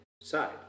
side